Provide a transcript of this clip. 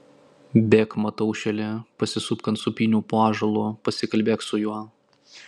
bėk mataušėli pasisupk ant sūpynių po ąžuolu pasikalbėk su juo